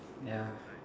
ya